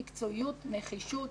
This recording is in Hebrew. בנחישות,